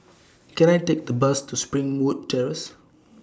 Can I Take A Bus to Springwood Terrace